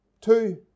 Two